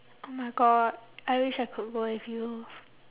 oh my god I wish I could go with you